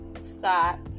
Scott